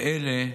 אלה,